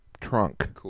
trunk